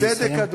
צדק,